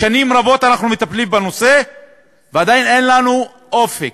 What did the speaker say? שנים רבות אנחנו מטפלים בנושא ועדיין אין לנו אופק,